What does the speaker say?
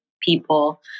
people